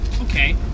okay